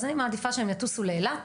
אז אני מעדיפה שהם יטוסו לאילת